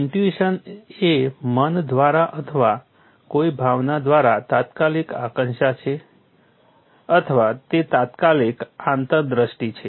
intuition એ મન દ્વારા અથવા કોઈ ભાવના દ્વારા તાત્કાલિક આશંકા છે અથવા તે તાત્કાલિક આંતરદૃષ્ટિ છે